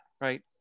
right